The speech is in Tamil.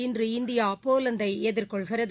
இன்று இந்தியாபோலந்தைஎதிர்கொள்கிறது